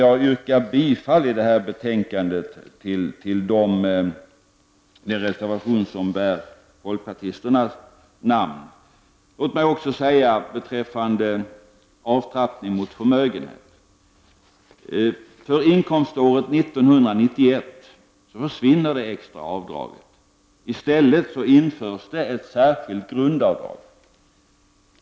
Jag vill yrka bifall till de reservationer till detta betänkande till de reservationer som bär folkpartistiska namn. Låt mig så också kommentera avtrappning i fråga om förmögenhet. För inkomståret 1991 försvinner det extra avdraget. I stället införs ett särskilt grundavdrag.